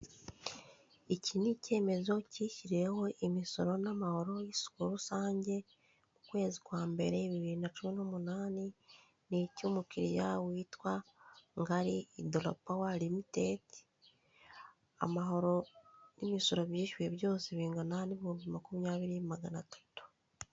Iki ni icyemezo cyishyuriweho imisoro n'amahoro y'isuku rusange mu kwezi kwa mbere bibiri nacumi n'umunani ni icy'umukiriya witwa NGARI Hydropower rimitide (limited) amahoro n'imisoro byishyuwe byose bingana n'ibihumbi makumyabiri magana atatu.